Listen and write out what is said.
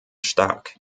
stark